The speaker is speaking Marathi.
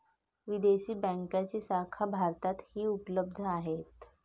विदेशी बँकांच्या शाखा भारतातही उपलब्ध आहेत